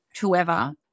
whoever